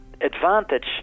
advantage